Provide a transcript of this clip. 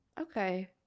Okay